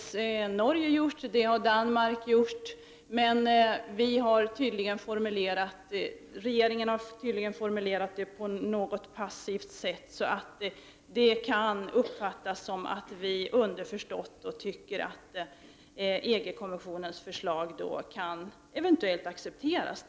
Sverige borde ha reagerat kraftigt på detta, precis som Norge och Danmark har gjort. Men regeringen har tydligen formulerat sitt svar på ett något passivt sätt, och det kan uppfattas som att vi underförstått anser att EG-kommissionens förslag eventuellt kan accepteras.